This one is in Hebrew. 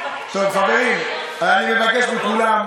אני מבקש מכולם,